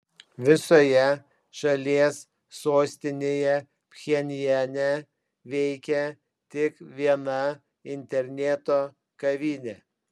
visoje šalies sostinėje pchenjane veikia tik viena interneto kavinė